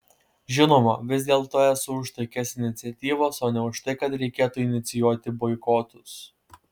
žinoma vis dėlto esu už taikias iniciatyvas o ne už tai kad reikėtų inicijuoti boikotus